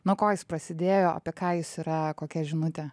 nuo ko jis prasidėjo apie ką jis yra kokia žinutė